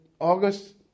August